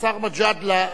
השר מג'אדלה,